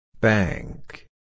Bank